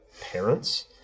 parents